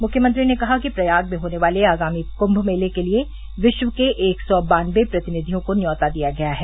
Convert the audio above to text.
मुख्यमंत्री ने कहा कि प्रयाग में होने वाले आगामी कम मेले के लिए विश्व के एक सौ बानबे प्रतिनिधियों को न्यौता दिया गया है